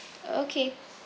okay